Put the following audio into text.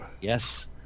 Yes